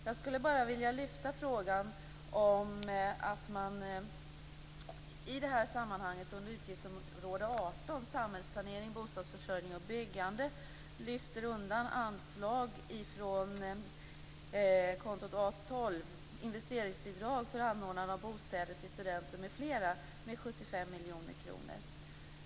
Jag skulle bara vilja lyfta fram frågan om att man under utgiftsområde 18, Samhällsplanering, bostadsförsörjning och byggande lyfter undan anslag från kontot A 12 Investeringsbidrag för anordnande av bostäder till studenter m.fl. med 75 miljoner kronor.